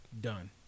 done